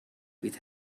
with